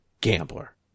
gambler